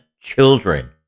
children